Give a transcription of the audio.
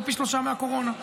זה פי שלושה מהקורונה.